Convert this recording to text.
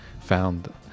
found